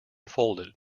folded